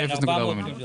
כן, 400 מיליון.